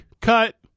cut